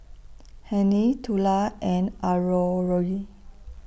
Hennie Tula and Aurore